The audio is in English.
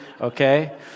okay